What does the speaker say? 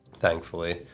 thankfully